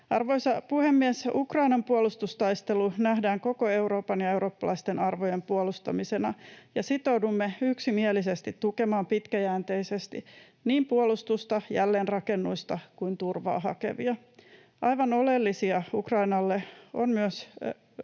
Arvoisa puhemies! Ukrainan puolustustaistelu nähdään koko Euroopan ja eurooppalaisten arvojen puolustamisena, ja sitoudumme yksimielisesti tukemaan pitkäjänteisesti niin puolustusta, jälleenrakennusta kuin turvaa hakevia. Aivan oleellista Ukrainalle on myös